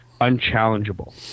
unchallengeable